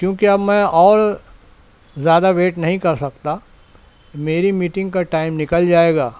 کیوںکہ اب میں اور زیادہ ویٹ نہیں کر سکتا میری میٹنگ کا ٹائم نکل جائے گا